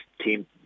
team